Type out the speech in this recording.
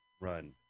run